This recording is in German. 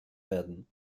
werden